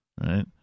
right